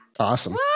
Awesome